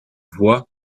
voix